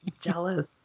Jealous